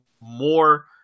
more